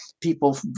people